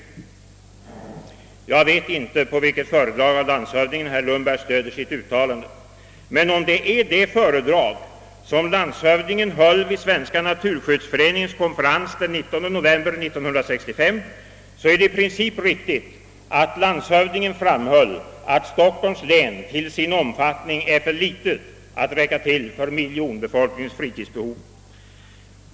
Jag vet inte på vilket föredrag av landshövdingen som herr Lundberg stöder sitt uttalande, men om det är det föredrag som landshövdingen höll vid Svenska naturskyddsföreningens konferens den 19 november 1965, är det i princip riktigt att landshövdingen framhöll att Stockholms län till sin omfattning är för litet för att räcka till för miljonbefolkningens fritidsbehov.